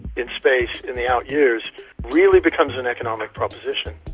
in space in the out years really becomes an economic proposition.